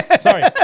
sorry